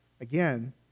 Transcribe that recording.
Again